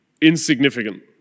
insignificant